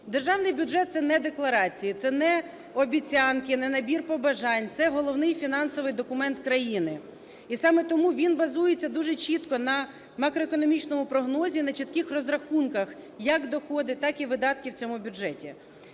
Державний бюджет – це не декларації, це не обіцянки, не набір побажань, це головний фінансовий документ країни. І саме тому він базується дуже чітко на макроекономічному прогнозі, на чітких розрахунках як доходів, так і видатків в цьому бюджеті.